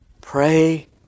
Pray